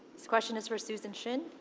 this question is for susan shin.